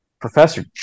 Professor